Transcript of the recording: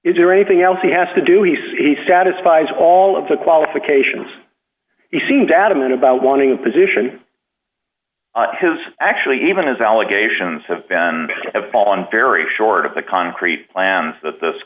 is there anything else he has to do he says he satisfies all of the qualifications he seemed adamant about wanting a position his actually even his allegations have been have fallen very short of the concrete plans that this